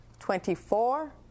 Twenty-four